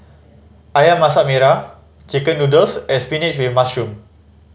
Ayam Masak Merah chicken noodles and spinach with mushroom